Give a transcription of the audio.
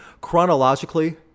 chronologically